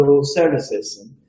services